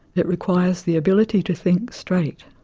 it requires the ability to think straight.